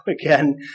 again